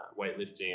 weightlifting